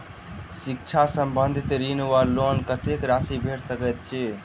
शिक्षा संबंधित ऋण वा लोन कत्तेक राशि भेट सकैत अछि?